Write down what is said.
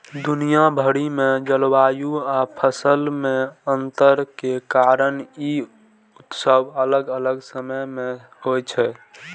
दुनिया भरि मे जलवायु आ फसल मे अंतर के कारण ई उत्सव अलग अलग समय मे होइ छै